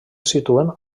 situen